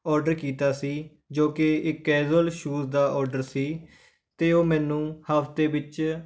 order ਕੀਤਾ ਸੀ ਜੋ ਕਿ ਇੱਕ ਕੈਜ਼ੂਅਲ ਸੂਜ਼ ਦਾ ਓਡਰ ਸੀ ਅਤੇ ਉਹ ਮੈਨੂੰ ਹਫਤੇ ਵਿੱਚ